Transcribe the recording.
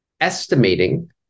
estimating